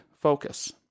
focus